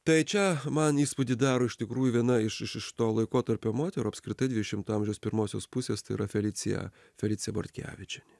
tai čia man įspūdį daro iš tikrųjų viena iš iš to laikotarpio moterų apskritai dvidešimto amžiaus pirmosios pusės tai yra felicija felicija bortkevičienė